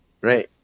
Right